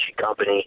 Company